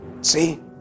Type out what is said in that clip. See